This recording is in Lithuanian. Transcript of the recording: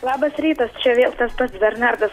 labas rytas čia vėl tas pats bernardas